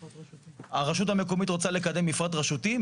הרשות המקומית רוצה לקדם מפרט רשותי?